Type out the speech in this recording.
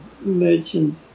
Merchant